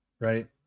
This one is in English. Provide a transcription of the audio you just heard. right